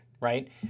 right